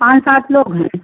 पाँच सात लोग हैं